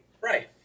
Right